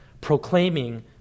proclaiming